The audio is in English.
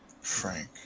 Frank